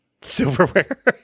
Silverware